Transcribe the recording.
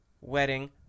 wedding